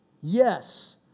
Yes